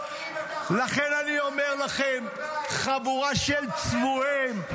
--- לכן אני אומר לכם, חבורה של צבועים,